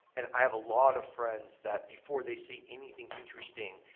and i have a lot of friends that before they say anything interesting,